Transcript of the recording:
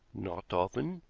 not often.